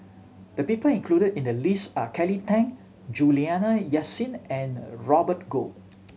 the people included in the list are Kelly Tang Juliana Yasin and Robert Goh